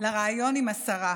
לריאיון עם השרה.